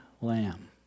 lamb